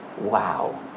Wow